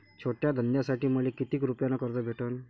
छोट्या धंद्यासाठी मले कितीक रुपयानं कर्ज भेटन?